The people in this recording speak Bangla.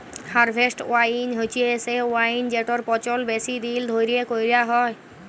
হারভেস্ট ওয়াইন হছে সে ওয়াইন যেটর পচল বেশি দিল ধ্যইরে ক্যইরা হ্যয়